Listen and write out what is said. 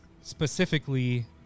specifically